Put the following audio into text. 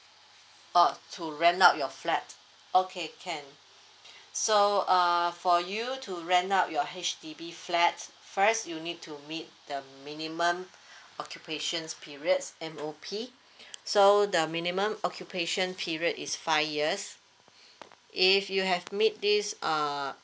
orh to rent out your flat okay can so uh for you to rent out your H_D_B flat first you need to meet the minimum occupation periods MOP so the minimum occupation period is five years if you have meet this uh